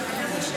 גזען, חשוך.